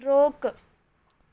रोकु